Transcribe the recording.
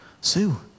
Sue